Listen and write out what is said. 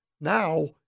now